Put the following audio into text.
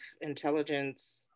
intelligence